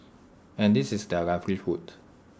and this is their livelihood